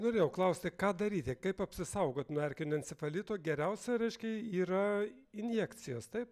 norėjau klausti ką daryti kaip apsisaugot nuo erkinio encefalito geriausia raiškiai yra injekcijos taip